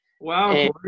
Wow